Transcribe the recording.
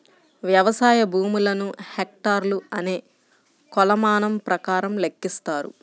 వ్యవసాయ భూములను హెక్టార్లు అనే కొలమానం ప్రకారం లెక్కిస్తారు